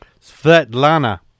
Svetlana